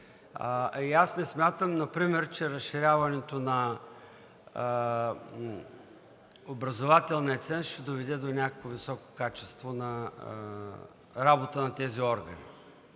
аз не смятам например, че разширяването на образователния ценз ще доведе до някакво високо качество на работа на тези органи.